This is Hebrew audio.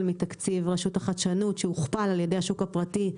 מתקציב רשות החדשנות שהוכפל על ידי השוק הפרטי,